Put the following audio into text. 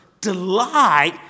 delight